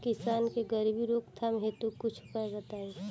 किसान के गरीबी रोकथाम हेतु कुछ उपाय बताई?